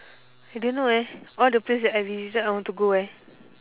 I don't know eh all the place that I visited I want to go eh